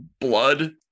blood